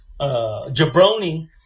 jabroni